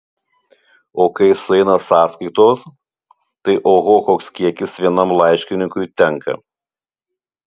o kai sueina sąskaitos tai oho koks kiekis vienam laiškininkui tenka